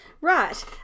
Right